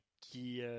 qui